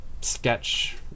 sketch